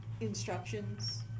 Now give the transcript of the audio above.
instructions